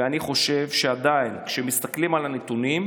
ואני חושב שעדיין, כשמסתכלים על הנתונים,